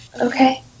okay